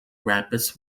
rabbits